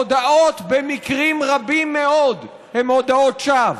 הודאות, במקרים רבים מאוד, הן הודאות שווא.